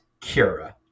Kira